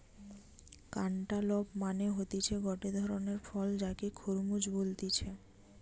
cantaloupe মানে হতিছে গটে ধরণের ফল যাকে খরমুজ বলতিছে